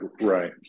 right